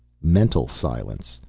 mental silence.